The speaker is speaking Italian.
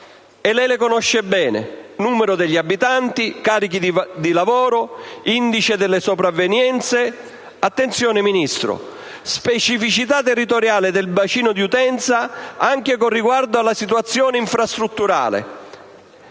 lei li conosce bene: numero degli abitanti, carichi di lavoro, indice delle sopravvenienze, (attenzione, Ministro) specificità territoriale del bacino di utenza, anche con riguardo alla situazione infrastrutturale,